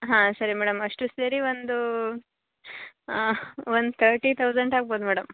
ಹಾಂ ಸರಿ ಮೇಡಮ್ ಅಷ್ಟೂ ಸೇರಿ ಒಂದು ಒಂದು ತರ್ಟಿ ತೌಸಂಡ್ ಆಗ್ಬೌದು ಮೇಡಮ್